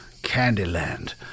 Candyland